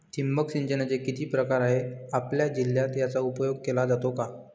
ठिबक सिंचनाचे किती प्रकार आहेत? आपल्या जिल्ह्यात याचा उपयोग केला जातो का?